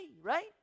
right